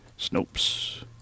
Snopes